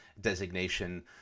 designation